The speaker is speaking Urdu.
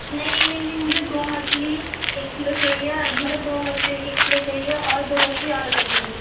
نہیں نہیں نہیں مجھے دو مچھلی ایک کلو چاہیے اور مطلب دو مچھلی ایک ایک کلو چاہیے اور دو مچھلی آدھا آدھا کیلو